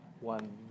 one